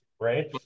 right